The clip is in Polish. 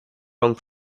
rąk